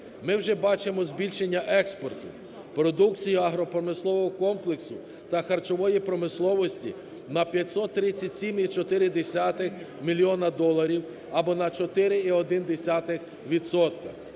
Ми вже бачимо збільшення експорту продукції агропромислового комплексу та харчової промисловості на 537,4 мільйона доларів або на 4,1